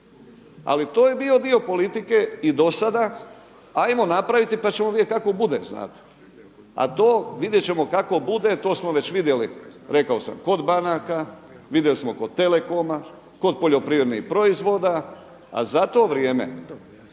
Ali to je bio dio politike i do sada ajmo napraviti pa ćemo vidjeti kako bude, znate. A to vidjet ćemo kako bude, to smo već vidjeli rekao sam kod banaka, vidjeli smo kod Telekoma, kod poljoprivrednih proizvoda, a za to vrijeme